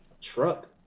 truck